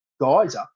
geyser